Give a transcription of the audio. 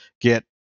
get